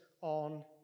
on